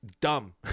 dumb